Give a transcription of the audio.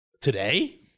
Today